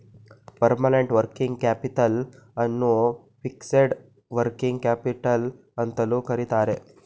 permanent working capital ಅನ್ನು fixed working capital ಅಂತಲೂ ಕರಿತರೆ